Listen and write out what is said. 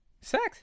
sex